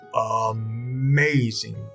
amazing